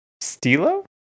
Stilo